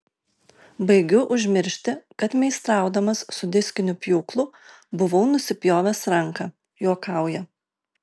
baigiu užmiršti kad meistraudamas su diskiniu pjūklu buvau nusipjovęs ranką juokauja